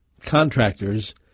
contractors